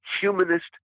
humanist